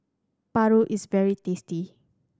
paru is very tasty